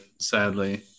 sadly